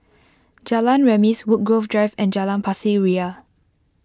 Jalan Remis Woodgrove Drive and Jalan Pasir Ria